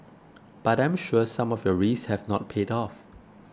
but I'm sure some of your risks have not paid off